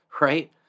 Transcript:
right